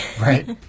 Right